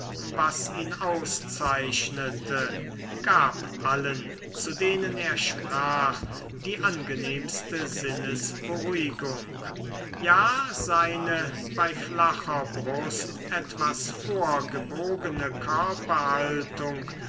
was ihn auszeichnete gab allen zu denen er sprach die angenehmste sinnesberuhigung ja seine bei flacher brust etwas vorgebogene körperhaltung